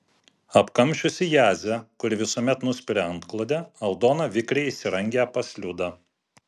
apkamšiusi jadzę kuri visuomet nuspiria antklodę aldona vikriai įsirangę pas liudą